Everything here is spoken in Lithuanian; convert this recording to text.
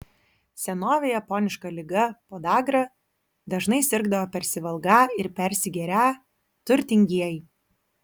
senovėje poniška liga podagra dažnai sirgdavo persivalgą ir persigerią turtingieji